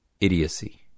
idiocy